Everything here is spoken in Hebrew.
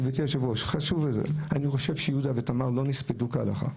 אני חושב שיהודה ותמר לא הוספדו כהלכה.